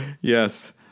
Yes